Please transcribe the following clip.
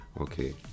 Okay